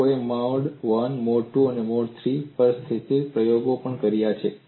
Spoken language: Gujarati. લોકોએ મોડ I મોડ II અને મોડ III પર સ્થિર પ્રયોગો પણ કર્યા છે